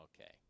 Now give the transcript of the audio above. Okay